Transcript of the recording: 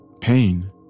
Pain